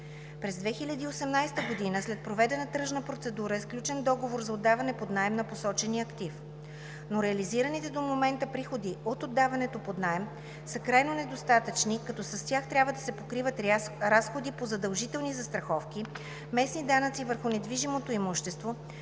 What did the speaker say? През 2018 г. след проведена тръжна процедура е сключен договор за отдаване под наем на посочения актив, но реализираните до момента приходи от отдаване под наем са крайно недостатъчни, като с тях трябва да се покриват разходите по задължителни застраховки, местни данъци върху недвижимото имущество,